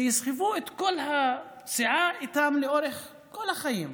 שיסחבו את הפציעה איתם לאורך כל החיים.